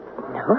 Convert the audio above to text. No